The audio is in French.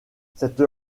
cette